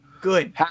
Good